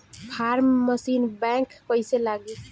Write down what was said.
Form machine बैक कईसे लागी?